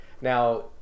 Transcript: now